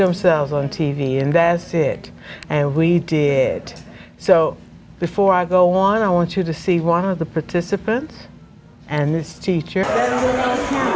themselves on t v and that's it and we did so before i go on i want you to see one of the participants and their teacher